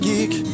Geek